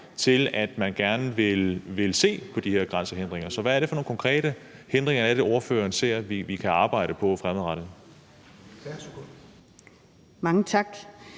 til at man gerne vil se på de her grænsehindringer. Så hvad er det for nogle konkrete hindringer, som ordføreren ser vi kan arbejde med fremadrettet?